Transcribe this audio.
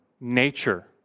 nature